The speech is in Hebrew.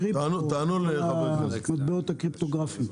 קריפטו, כל המטבעות הקריפטוגרפים.